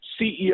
ceo